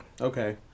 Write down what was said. Okay